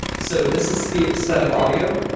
so this is speed speed up audio.